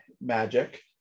magic